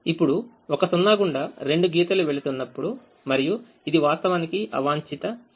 ఇప్పుడు ఒక 0 గుండా రెండు గీతలు వెళుతున్నాయి మరియు ఇది వాస్తవానికి అవాంఛిత 0